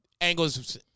angles